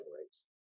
rates